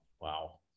wow